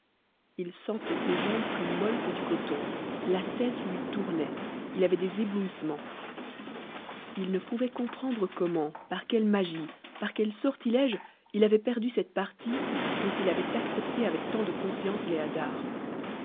il sentait ses jambes plus molles que du coton la tête lui tournait il avait des éblouissements il ne pouvait comprendre comment par quelle magie par quels sortilèges il avait perdu cette partie dont il avait accepté avec tant de confiance les hasards